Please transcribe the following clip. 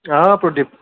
অঁ প্ৰদীপ